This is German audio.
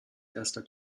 erster